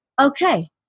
okay